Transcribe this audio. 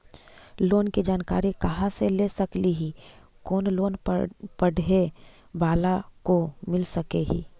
Loan की जानकारी कहा से ले सकली ही, कोन लोन पढ़े बाला को मिल सके ही?